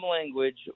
language